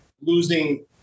losing